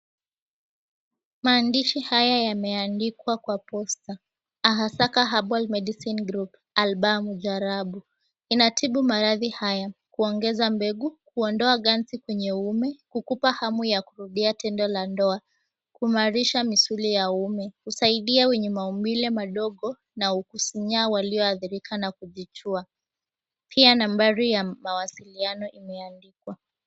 Maandishi haya yameandikwa kwa posta, "Ahasaka Herbal Medicine Group, Alba Mujarabu. Inatibu maradhi haya kuongeza mbegu, kuondoa ganzi kwenye ume, kukupa hamu ya kurudia tendo la ndoa, kuimarisha misuli ya ume, kusaidia wenye maumbile madogo na ukusinyaa waliohadhirika na kujichua." Pia nambari ya mawasiliano imeandikwa.